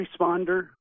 responder